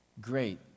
Great